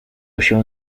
się